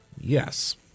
Yes